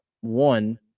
one